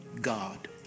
God